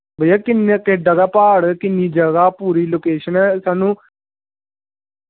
भैया केड्डा प्हाड़ किन्नी जगह पूरी लोकेशन ऐ सानूं